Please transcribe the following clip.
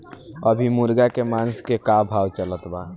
अभी मुर्गा के मांस के का भाव चलत बा?